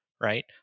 right